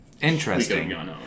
Interesting